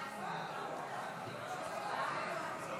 והמחנה הממלכתי להביע אי-אמון בממשלה לא נתקבלה.